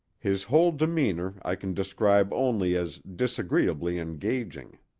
his whole demeanor i can describe only as disagreeably engaging.